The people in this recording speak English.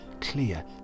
clear